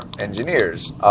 Engineers